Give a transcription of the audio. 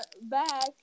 back